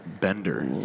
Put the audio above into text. bender